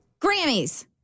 Grammys